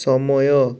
ସମୟ